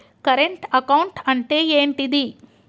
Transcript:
Current account అంటే ఏంటిది?